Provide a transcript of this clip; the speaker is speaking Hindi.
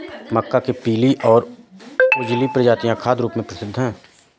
मक्का के पीली और उजली प्रजातियां खाद्य रूप में प्रसिद्ध हैं